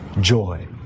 joy